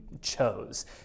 chose